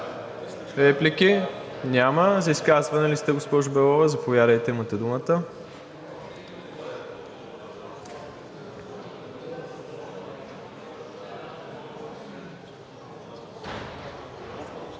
колеги? Няма. За изказване ли сте, госпожо Белова? Заповядайте – имате думата.